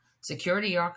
Security